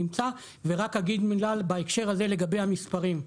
ורק אגיד מילה בהקשר הזה לגבי המספרים.